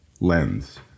lens